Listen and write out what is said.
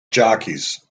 jockeys